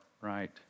right